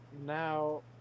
now